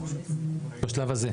בשלב הזה.